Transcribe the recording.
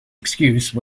excuse